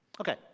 Okay